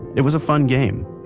it was a fun game,